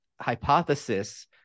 hypothesis